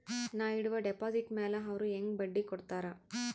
ನಾ ಇಡುವ ಡೆಪಾಜಿಟ್ ಮ್ಯಾಲ ಅವ್ರು ಹೆಂಗ ಬಡ್ಡಿ ಕೊಡುತ್ತಾರ?